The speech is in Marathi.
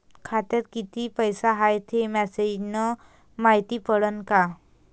खात्यात किती पैसा हाय ते मेसेज न मायती पडन का?